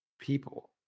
people